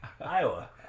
Iowa